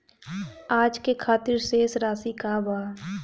आज के खातिर शेष राशि का बा?